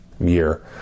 year